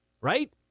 right